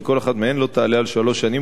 שכל אחת מהן לא תעלה על שלוש שנים,